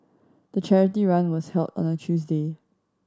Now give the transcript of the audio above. the charity run was held on a Tuesday